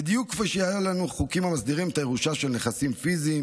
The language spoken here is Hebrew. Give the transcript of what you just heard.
בדיוק כפי שהיו לנו חוקים המסדירים את הירושה של נכסים פיזיים,